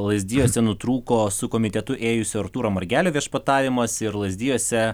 lazdijuose nutrūko su komitetu ėjusio artūro margelio viešpatavimas ir lazdijuose